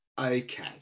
okay